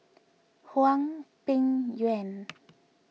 Hwang Peng Yuan